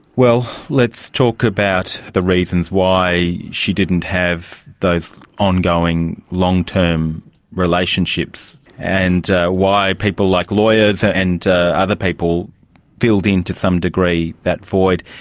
well, let's talk about the reasons why she didn't have those ongoing long-term relationships, and why people like lawyers and other people filled in to some degree that void.